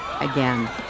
again